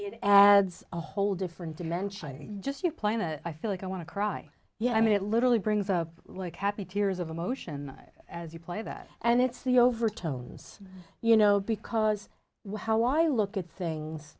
it adds a whole different dimension just your planet i feel like i want to cry yeah i mean it literally brings up like happy tears of emotion as you play that and it's the overtones you know because well how i look at things